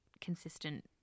consistent